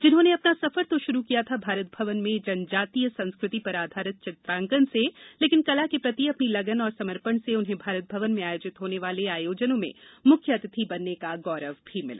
जिन्होंने अपना सफर तो शुरू किया था भारत भवन में जनजातीय संस्कृति पर आधारित चित्रांकन से लेकिन कला के प्रति अपनी लगन और समर्पण से उन्हें भारत भवन में आयोजित होने वाले आयोजनों में मुख्य अतिथि बनने का गौरव भी मिला